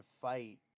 fight